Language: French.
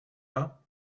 uns